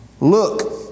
Look